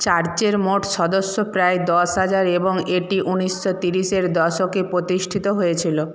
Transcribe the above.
চার্চের মোট সদস্য প্রায় দশ হাজার এবং এটি ঊনিশশো তিরিশের দশকে প্রতিষ্ঠিত হয়েছিল